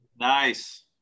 Nice